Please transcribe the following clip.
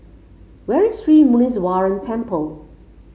where is Sri Muneeswaran Temple